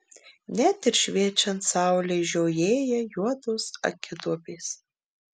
net ir šviečiant saulei žiojėja juodos akiduobės